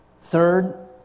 Third